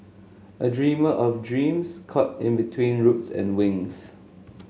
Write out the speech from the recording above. a dreamer of dreams caught in between roots and wings